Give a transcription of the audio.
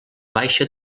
baixa